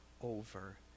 over